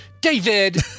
david